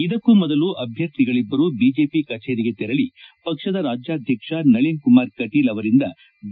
ಇದಕ್ಕೂ ಮೊದಲು ಅಭ್ಯರ್ಥಿಗಳಿಬ್ಬರು ಬಿಜೆಪಿ ಕಚೇರಿಗೆ ತೆರಳಿ ಪಕ್ಷದ ರಾಜ್ಯಾಡ್ಡಕ್ಕ ನಳನ್ ಕುಮಾರ್ ಕಟೀಲ್ ಅವರಿಂದ ಬಿ